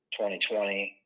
2020